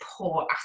poor